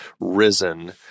Risen